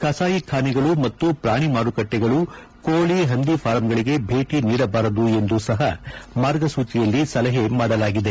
ಕಸಾಯಿಖಾನೆಗಳು ಮತ್ತು ಪ್ರಾಣಿ ಮಾರುಕಟ್ಟಿಗಳು ಕೋಳಿ ಹಂದಿ ಫಾರಂಗಳಿಗೆ ಭೇಟಿ ನೀಡಬಾರದು ಎಂದೂ ಸಹ ಮಾರ್ಗಸೂಚಿಯಲ್ಲಿ ಸಲಹೆ ನೀಡಲಾಗಿದೆ